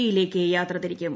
E യിലേക്ക് യാത്ര തിരിക്കും